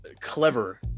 clever